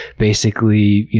basically,